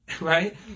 Right